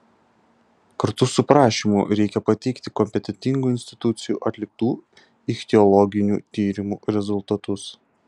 kartu su prašymu reikia pateikti kompetentingų institucijų atliktų ichtiologinių tyrimų rezultatus